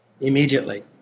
immediately